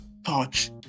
Touch